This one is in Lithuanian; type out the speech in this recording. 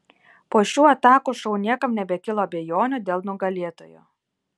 po šių atakų šou niekam nebekilo abejonių dėl nugalėtojo